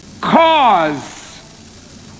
cause